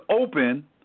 open